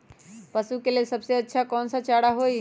पशु के लेल सबसे अच्छा कौन सा चारा होई?